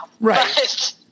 right